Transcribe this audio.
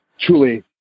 truly